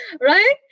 right